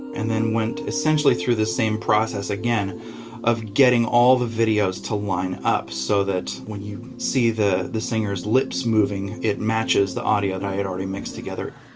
and then went essentially through the same process again of getting all the videos to line up so that when you see the the singers lips moving it matches the audio that i had already mixed together.